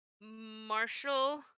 Marshall